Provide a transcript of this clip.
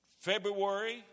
February